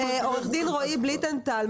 עורך דין רועי בליטנטל,